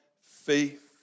faith